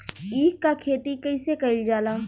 ईख क खेती कइसे कइल जाला?